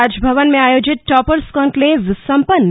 राजभवन में आयोजित toppers conclave समपन्न